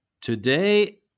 Today